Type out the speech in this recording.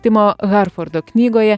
timo harfordo knygoje